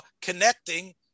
connecting